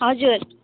हजुर